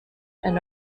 and